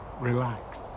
relax